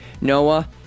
Noah